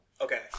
Okay